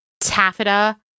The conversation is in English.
Taffeta